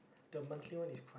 the monthly one is